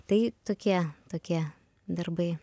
tai tokie tokie darbai